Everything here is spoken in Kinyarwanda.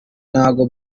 ntago